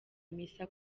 misa